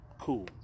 cool